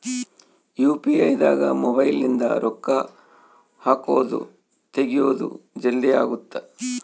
UPI ದಾಗ mobile ನಿಂದ ರೊಕ್ಕ ಹಕೊದ್ ತೆಗಿಯೊದ್ ಜಲ್ದೀ ಅಗುತ್ತ